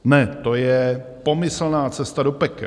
Ne, to je pomyslná cesta do pekel.